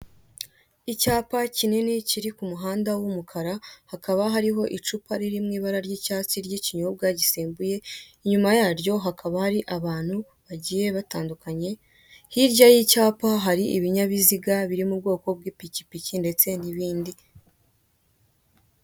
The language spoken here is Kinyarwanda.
Icyapa kinini kiri ku muhanda w'umukara hakaba hariho icupa riri mu ibara ry'icyatsi ry'ikinyobwa gisembuye, inyuma yaryo hakaba hari abantu bagiye batandukanye, hirya y'icyapa hari ibinyabiziga biri mu bwoko bw'ipikipiki ndetse n'ibindi.